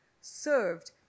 served